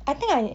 I think I